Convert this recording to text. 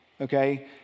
okay